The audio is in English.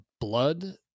blood